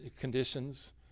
conditions